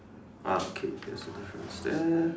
ah okay there's a difference there